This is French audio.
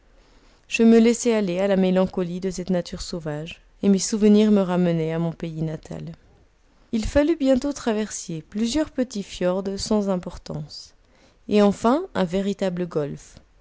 je me laissais aller à la mélancolie de cette nature sauvage et mes souvenirs me ramenaient à mon pays natal il fallut bientôt traverser plusieurs petits fjrds sans importance et enfin un véritable golfe